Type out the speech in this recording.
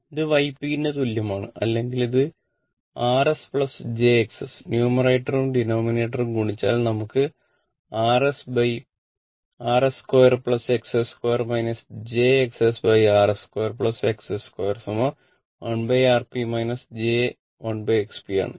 ഇത് Yp ന് തുല്യമാണ് അല്ലെങ്കിൽ ഈ Rs jXs ന്യൂമറേറ്ററും ഡിനോമിനേറ്റർ 1Rp j 1Xpആണ്